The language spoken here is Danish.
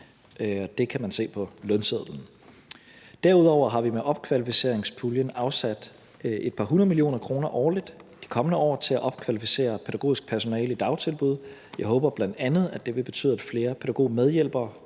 det kan man se på lønsedlen. Derudover har vi med opkvalificeringspuljen afsat et par hundrede millioner kroner årligt i de kommende år til at opkvalificere pædagogisk personale i dagtilbud. Jeg håber bl.a., at det vil betyde, at flere pædagogmedhjælpere